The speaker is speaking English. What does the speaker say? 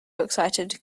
excited